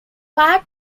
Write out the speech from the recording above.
part